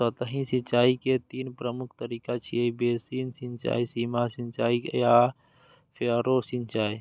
सतही सिंचाइ के तीन प्रमुख तरीका छै, बेसिन सिंचाइ, सीमा सिंचाइ आ फरो सिंचाइ